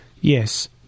yes